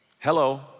hello